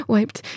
Wiped